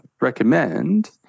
recommend